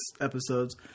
episodes